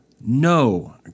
no